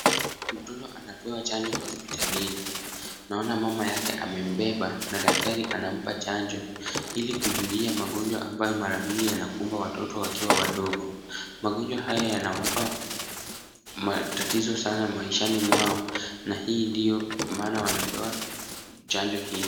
Mtoto anapewa chanjo hospitalini. Naona mama yake amembeba na daktari anampa chanjo ili kuzuia magonjwa ambayo mara nyingi yanakumba watoto wakiwa wadogo. Magonjwa haya yanawapa matatizo sana maishani mwao na hii ndio maana wanaoweza chanjo hii.